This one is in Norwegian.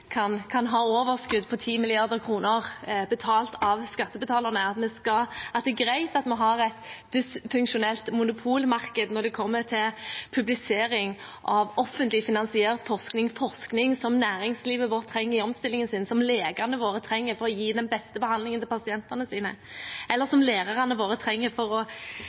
kan ha overskudd på 10 mrd. kr, betalt av skattebetalerne, og at det er greit at vi har et dysfunksjonelt monopolmarked når det kommer til publisering av offentlig finansiert forskning – forskning som næringslivet vårt trenger i omstillingen sin, som legene våre trenger for å gi den beste behandlingen til pasientene sine, eller som lærerne våre trenger for å